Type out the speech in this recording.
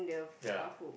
ya